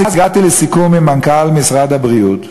אז הגעתי לסיכום עם מנכ"ל משרד הבריאות,